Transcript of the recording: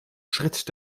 schritt